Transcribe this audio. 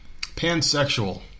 pansexual